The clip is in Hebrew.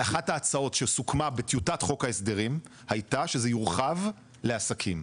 אחת ההצעות שסוכמה בטיוטת חוק ההסדרים הייתה שזה יורחב לעסקים.